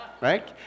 Right